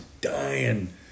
dying